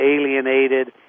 alienated